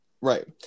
Right